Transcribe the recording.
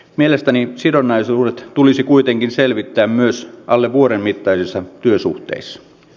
mielestäni sidonnaisuudet tulisi kuitenkin selvittää myös alle vuoden mittaisissa työsuhteissa